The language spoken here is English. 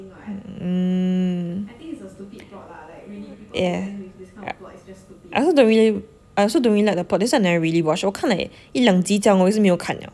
mm yeah but I also don't really I also don't really like the plot that's why I never really watch 我看 like 一两集这样我也是没有看 liao